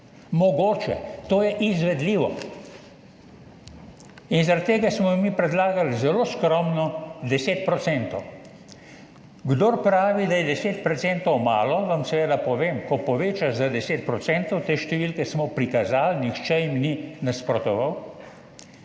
mogoče, to je izvedljivo, in zaradi tega smo mi zelo skromno predlagali 10 %. Kdor pravi, da je 10 % malo, vam seveda povem, ko povečaš za 10 %, te številke smo prikazali, nihče jim ni nasprotoval,